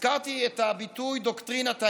הזכרתי את הביטוי "דוקטרינת ההלם".